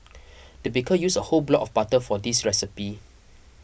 the baker used a whole block of butter for this recipe